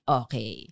okay